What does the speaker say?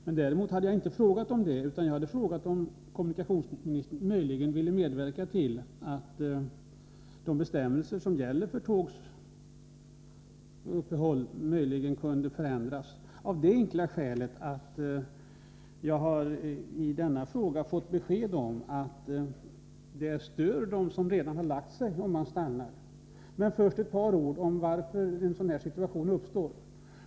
Men jag hade inte frågat om detta, utan jag hade frågat huruvida kommunikationsministern möjligen ville medverka till att de bestämmelser som gäller för nattågens uppehåll skulle kunna förändras — av det enkla skälet att jag i det här avseendet fått upplysningen att det stör dem som redan har lagt sig, om tågen stannar. Men först ett par ord om varför en sådan här situation uppstår.